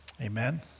Amen